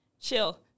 chill